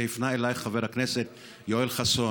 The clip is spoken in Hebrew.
השאלה שהפנה אלייך חבר הכנסת יואל חסון: